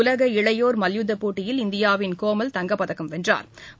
உலக இளையோா் மல்யுத்தப் போட்டியில் இந்தியாவின் கோமல் தங்கப்பதக்கம் வென்றாா்